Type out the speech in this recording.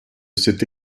cette